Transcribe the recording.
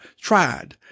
tried